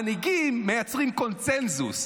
מנהיגים מייצרים קונסנזוס,